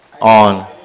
on